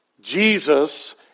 Jesus